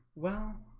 well